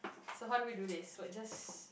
so how do we do this what just